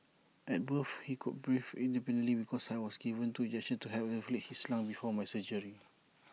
at birth he could breathe independently because I was given two injections to help develop his lungs before my surgery